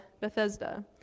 Bethesda